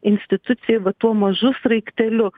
institucijoj va tuo mažu sraigteliu